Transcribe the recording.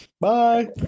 bye